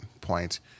point